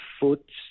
foot